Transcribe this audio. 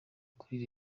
kuri